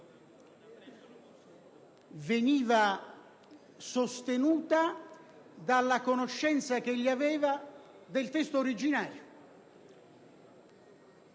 stata sostenuta dalla conoscenza che egli aveva del testo originario.